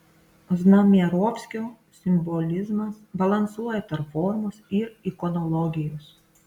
znamierovskio simbolizmas balansuoja tarp formos ir ikonologijos